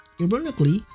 Ironically